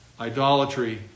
idolatry